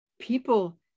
people